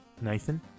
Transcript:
Nathan